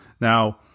Now